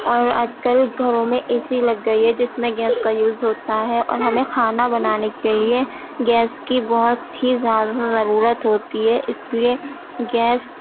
اور آج کل گھروں میں اے سی لگ گئی ہے جس میں گیس کا یوز ہوتا ہے اور ہمیں کھانا بنانے کے لیے گیس کی بہت ہی زیادہ ضرورت ہوتی ہے اس لیے گیس